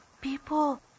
people